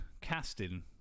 casting